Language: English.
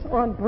on